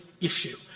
issue